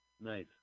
Nice